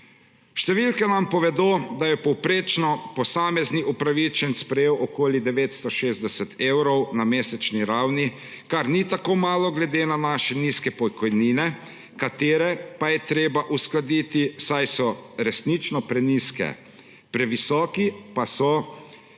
Številke nam povedo, da je povprečno posamezni upravičenec prejel okoli 960 evrov na mesečni ravni, kar ni tako malo glede na naše nizke pokojnine, katere pa je treba uskladiti, saj so resnično prenizke, previsoki pa so denarni